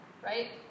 right